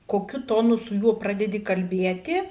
kokiu tonu su juo pradedi kalbėti